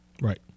Right